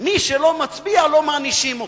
מי שלא מצביע לא מענישים אותו.